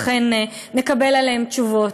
אכן נקבל עליהם תשובות.